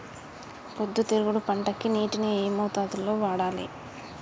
పొద్దుతిరుగుడు పంటకి నీటిని ఏ మోతాదు లో వాడాలి?